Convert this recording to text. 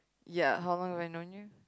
ya how long have I known you